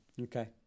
Okay